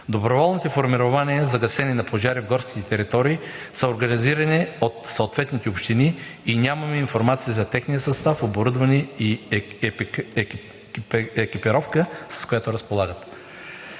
Доброволните формирования за гасене на пожари в горските територии са организирани от съответните общини и нямаме информация за техния състав, оборудване и екипировка, с която разполагат.